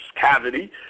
cavity